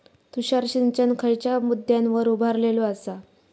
तुषार सिंचन खयच्या मुद्द्यांवर उभारलेलो आसा?